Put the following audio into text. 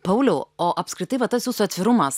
pauliau o apskritai va tas jūsų atvirumas